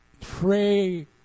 Pray